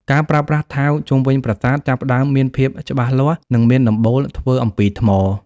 ការប្រើប្រាស់ថែវជុំវិញប្រាសាទចាប់ផ្តើមមានភាពច្បាស់លាស់ និងមានដំបូលធ្វើអំពីថ្ម។